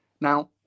Now